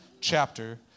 chapter